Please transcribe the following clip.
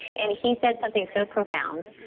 and he said something so profound.